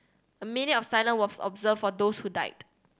a minute of silence was observed for those who died